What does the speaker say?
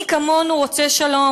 מי כמונו רוצה שלום?